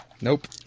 Nope